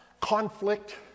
conflict